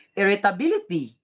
irritability